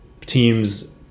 teams